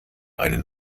einen